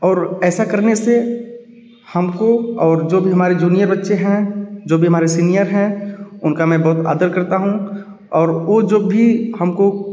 और ऐसा करने से हमको और जो भी हमारे जूनियर बच्चे हैं जो भी हमारे सीनियर हैं उनका मैं बहुत आदर करता हूँ और वो जब भी हमको